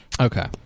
Okay